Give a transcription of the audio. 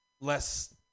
less